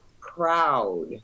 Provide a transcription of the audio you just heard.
proud